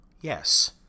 yes